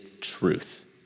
truth